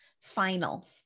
final